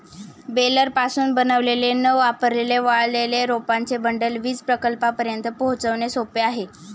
बेलरपासून बनवलेले न वापरलेले वाळलेले रोपांचे बंडल वीज प्रकल्पांपर्यंत पोहोचवणे सोपे आहे